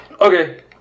Okay